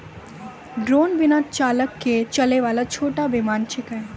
drone बिना चालक के चलै वाला छोटो विमान छेकै